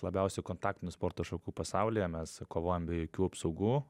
labiausiai kontaktinių sporto šakų pasaulyje mes kovojam be jokių apsaugų